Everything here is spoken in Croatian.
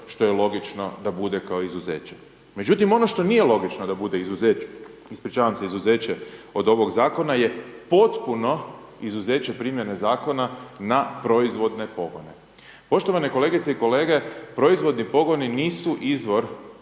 što je logično da bude kao izuzeće. Međutim ono što nije logično da bude izuzeće od ovog zakona je potpuno izuzeće primjene zakona na proizvodne pogone. Poštovane kolegice i kolege, proizvodni pogoni nisu izvor